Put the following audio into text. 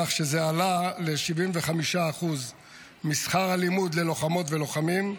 כך שזה עלה ל-75% משכר הלימוד ללוחמות ולוחמים.